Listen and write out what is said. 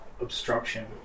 obstruction